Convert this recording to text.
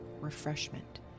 refreshment